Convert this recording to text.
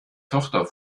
tochter